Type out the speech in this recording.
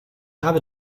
habe